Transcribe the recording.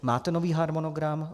Máte nový harmonogram?